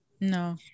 no